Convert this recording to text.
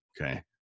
Okay